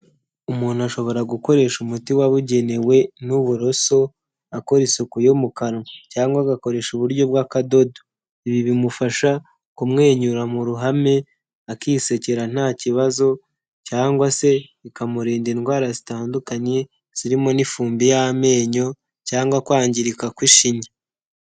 Umuntu ashobora gukoresha umuti wabugenewe n'uburoso akora isuku yo mu kanwa cyangwa agakoresha uburyo bw'akadodo. Ibi bimufasha kumwenyura mu ruhame, akisekera nta kibazo cyangwa se bikamurinda indwara zitandukanye zirimo n'ifumbi y'amenyo cyangwa kwangirika kw'ishinya.